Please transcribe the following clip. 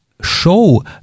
show